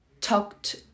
talked